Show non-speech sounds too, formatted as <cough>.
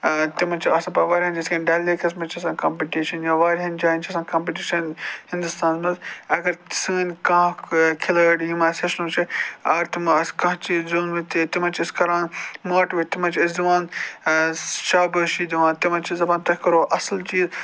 تِمَن چھِ آسان پَتہٕ واریاہَن یِتھ کٔنۍ ڈَل لیکَس مَنٛز چھِ آسان کَمپِٹِشَن یا واریاہَن جایَن چھُ آسان کَمپِٹِشَن ہِندُستانَس مَنٛز اگر سٲنۍ کانٛہہ کھِلٲڑۍ یِم اَسہِ <unintelligible> چھِ اگر تمو آسہِ کانٛہہ چیٖز زیوٗنمُت تہِ تِمَن چھِ أسۍ کَران ماٹِویٹ تِمَن چھِ أسۍ دِوان شابٲشی دِوان تِمَن چھِ أسۍ دَپان تۄہہِ کوٚرو اصٕل چیٖز